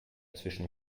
zwischen